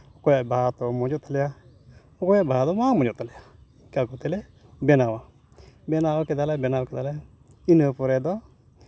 ᱚᱠᱚᱭᱟᱜ ᱵᱟᱦᱟ ᱛᱚ ᱢᱚᱡᱽᱼᱚᱜ ᱛᱟᱞᱮᱭᱟ ᱚᱠᱚᱭᱟᱜ ᱵᱟᱦᱟ ᱫᱚ ᱵᱟᱝ ᱢᱚᱡᱽᱼᱚᱜ ᱛᱟᱞᱮᱭᱟ ᱤᱱᱠᱟᱹ ᱠᱟᱛᱮᱫ ᱞᱮ ᱵᱮᱱᱟᱣᱟ ᱵᱮᱱᱟᱣ ᱠᱮᱫᱟᱞᱮ ᱵᱮᱱᱟᱣ ᱠᱮᱫᱟᱞᱮ ᱤᱱᱟᱹ ᱯᱚᱨᱮ ᱫᱚ